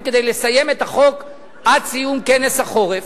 כדי לסיים את החוק עד סיום כנס החורף,